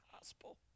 gospel